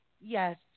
Yes